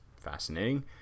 fascinating